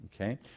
Okay